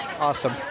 awesome